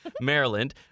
Maryland